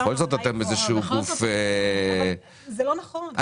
בכל זאת אתם איזשהו גוף -- זה לא נכון,